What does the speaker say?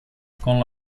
con